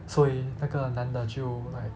所以那个男的就 like